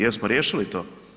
Jesmo riješili to?